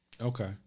Okay